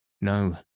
no